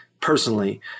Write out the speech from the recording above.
personally